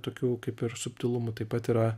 tokių kaip ir subtilumų taip pat yra